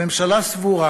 הממשלה סבורה